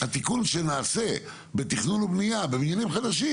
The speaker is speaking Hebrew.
התיקון שנעשה בתכנון ובנייה בבניינים חדשים